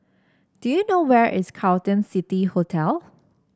do you know where is Carlton City Hotel